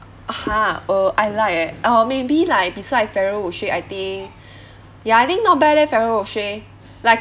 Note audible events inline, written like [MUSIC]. !huh! uh I like eh or maybe like beside ferrero rocher I think [BREATH] ya I think not bad leh ferrero rocher like